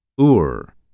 UR